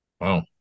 Wow